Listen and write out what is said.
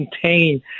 contain